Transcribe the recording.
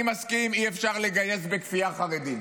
אני מסכים: אי-אפשר לגייס בכפייה חרדים.